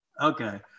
Okay